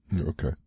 Okay